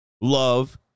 love